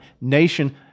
nation